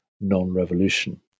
non-revolution